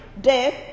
death